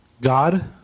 God